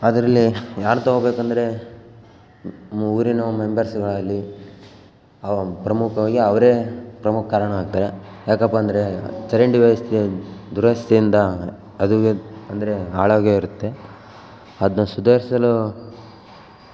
ಅದರಲ್ಲಿ ಯಾರು ತಗೋಬೇಕು ಅಂದರೆ ಊರಿನ ಮೆಂಬರ್ಸ್ಗಳಲ್ಲಿ ಅವು ಪ್ರಮುಖವಾಗಿ ಅವರೇ ಪ್ರಮುಖ ಕಾರಣ ಆಗ್ತಾರೆ ಯಾಕಪ್ಪ ಅಂದರೆ ಚರಂಡಿ ವ್ಯವಸ್ಥೆಯ ದುರಸ್ಥಿ ಇಂದ ಅದು ಅದ್ ಅಂದರೆ ಹಾಳಾಗೇ ಇರುತ್ತೆ ಅದನ್ನ ಸುಧಾರ್ಸಲು